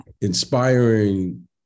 inspiring